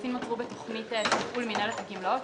העודפים נוצרו בתוכנית טיפול מינהלת הגמלאות,